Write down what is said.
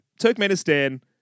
Turkmenistan